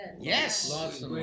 Yes